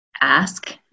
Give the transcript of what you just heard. ask